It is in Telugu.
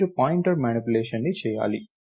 మీరు పాయింటర్ మానిప్యులేషన్లని చేయాలి